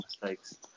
mistakes